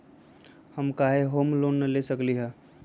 हम काहे home loan न ले सकली ह?